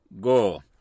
go